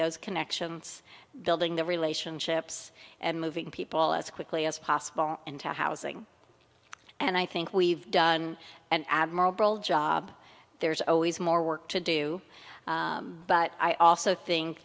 those connections building the relationships and moving people as quickly as possible into housing and i think we've done an admirable job there's always more work to do but i also think